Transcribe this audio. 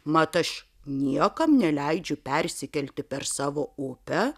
mat aš niekam neleidžiu persikelti per savo upę